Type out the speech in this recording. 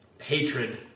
hatred